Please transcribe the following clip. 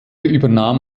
übernahm